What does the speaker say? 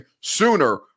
sooner